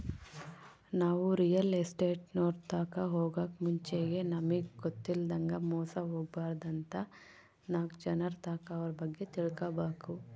ನಾವು ರಿಯಲ್ ಎಸ್ಟೇಟ್ನೋರ್ ತಾಕ ಹೊಗಾಕ್ ಮುಂಚೆಗೆ ನಮಿಗ್ ಗೊತ್ತಿಲ್ಲದಂಗ ಮೋಸ ಹೊಬಾರ್ದಂತ ನಾಕ್ ಜನರ್ತಾಕ ಅವ್ರ ಬಗ್ಗೆ ತಿಳ್ಕಬಕು